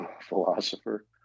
philosopher